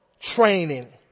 training